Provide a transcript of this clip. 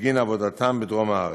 בגין עבודתם בדרום הארץ.